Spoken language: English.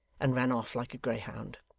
and ran off like a greyhound.